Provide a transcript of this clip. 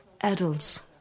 Adults